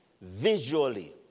visually